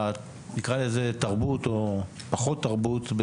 בתרבות או פחות תרבות,